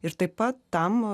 ir taip pat tam